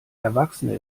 erwachsene